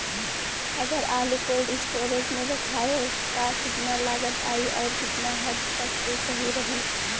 अगर आलू cold storage में रखायल त कितना लागत आई अउर कितना हद तक उ सही रही?